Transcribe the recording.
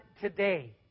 today